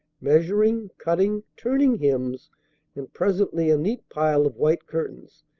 measuring, cutting, turning hems and presently a neat pile of white curtains,